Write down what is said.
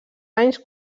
anys